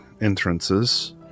entrances